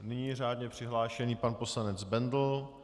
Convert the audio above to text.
A nyní řádně přihlášený pan poslanec Bendl.